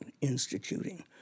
instituting